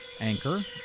anchor